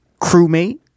crewmate